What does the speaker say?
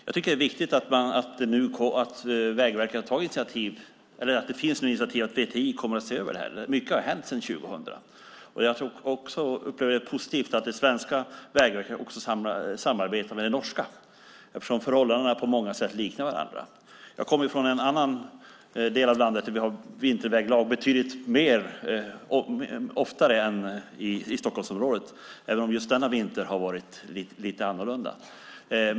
Det är därför bra att det nu tagits initiativ där VTI kommer att se över frågan. Mycket har hänt sedan 2000, och jag upplever det som positivt att det svenska Vägverket samarbetar med det norska, eftersom förhållandena på många sätt liknar varandra. Själv kommer jag från den del av landet där vi har vinterväglag under en betydligt längre tid än Stockholmsområdet, även om just denna vinter varit lite annorlunda.